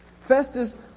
Festus